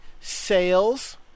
sales